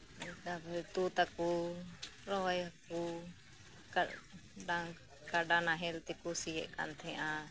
ᱛᱟᱯᱚᱨᱮ ᱛᱩᱛᱟᱠᱩ ᱨᱚᱦᱚᱭ ᱟᱠᱩ ᱠᱟᱰᱟ ᱱᱟᱦᱮᱞ ᱛᱮᱠᱩ ᱥᱤᱭᱮᱫ ᱠᱟᱱᱛᱟᱦᱮᱱᱟ